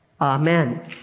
Amen